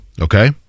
Okay